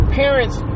parents